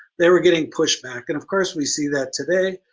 they were getting push back and of course we see that today,